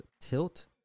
tilt